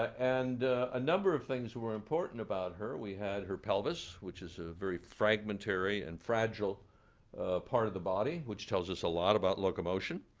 and a number of things were important about her. we had her pelvis, which is a very fragmentary and fragile part of the body, which tells us a lot about locomotion.